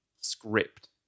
script